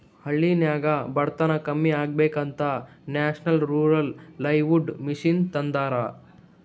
ಹಳ್ಳಿನಾಗ್ ಬಡತನ ಕಮ್ಮಿ ಆಗ್ಬೇಕ ಅಂತ ನ್ಯಾಷನಲ್ ರೂರಲ್ ಲೈವ್ಲಿಹುಡ್ ಮಿಷನ್ ತಂದಾರ